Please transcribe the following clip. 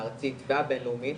הארצית והבינלאומית,